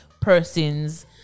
persons